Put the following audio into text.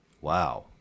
wow